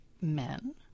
men